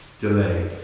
delay